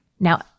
Now